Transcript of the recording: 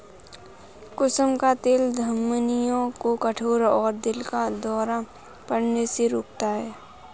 कुसुम का तेल धमनियों को कठोर और दिल का दौरा पड़ने से रोकता है